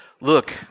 look